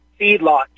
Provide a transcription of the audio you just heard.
feedlot